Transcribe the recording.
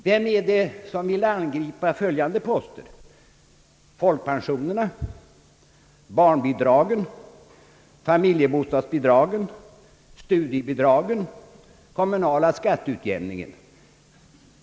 Vem är det som vill angripa följande poster: folkpensionerna, barnbidragen, familjebostadsbidragen, studiebidragen, den kommunala skatteutjämningen?